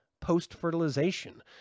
post-fertilization